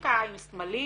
בקוסמטיקה עם סמלים,